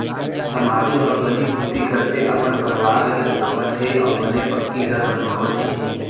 समारू ह बनीभूती करके अपन परवार ल चलावत हे अउ बने पक्की घर बनवावत हे